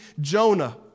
Jonah